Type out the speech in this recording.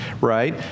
right